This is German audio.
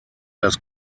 das